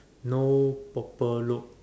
no proper look